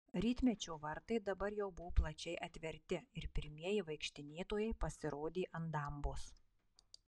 rytmečio vartai dabar jau buvo plačiai atverti ir pirmieji vaikštinėtojai pasirodė ant dambos